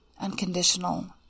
unconditional